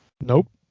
Nope